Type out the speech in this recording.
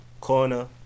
corner